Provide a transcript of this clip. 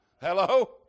Hello